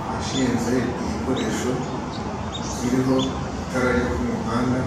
Ahashinze igikoresho kiriho itara ryo ku muhanda,